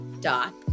dot